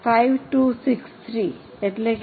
5263 છે